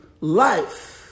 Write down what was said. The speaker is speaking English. life